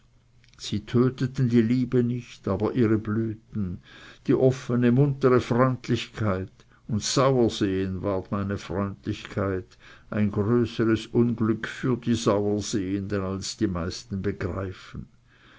sie töteten die liebe nicht aber ihre blüten die offene muntere freundlichkeit und sauersehen war die freundlichkeit ein größeres unglück für die sauersehenden als die meisten begreifen